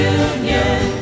union